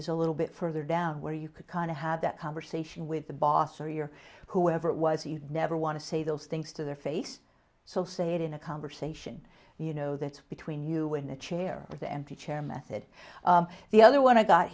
is a little bit further down where you could kind of have that conversation with the boss or your whoever it was you'd never want to say those things to their face so say it in a conversation you know that's between you and the chair or the empty chair method the other one i got